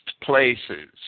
places